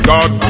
God